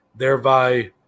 Thereby